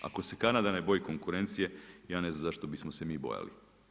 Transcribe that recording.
Ako se Kanada ne boji konkurencije, ja ne znam zašto bismo se mi bojali.